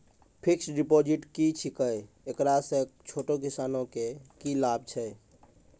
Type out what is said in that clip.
Fixed deposit की छिकै, एकरा से छोटो किसानों के की लाभ छै?